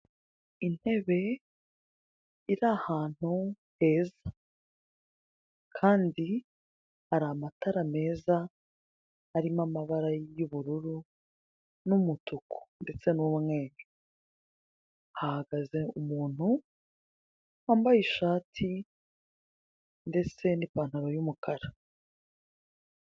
Intebe iri ahantu heza. Kandi hari amatara meza, arimo amabara y'ubururu n'umutuku, ndetse n'umweru. Hahagaze umuntu wambaye ishati, ndetse n'ipantaro y'umukara.